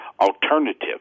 alternative